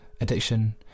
Addiction